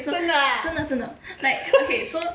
真的啊